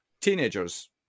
teenagers